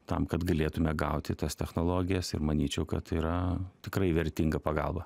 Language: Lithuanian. tam kad galėtume gauti tas technologijas ir manyčiau kad yra tikrai vertinga pagalba